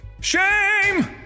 Shame